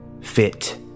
fit